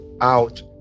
out